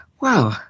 wow